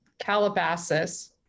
Calabasas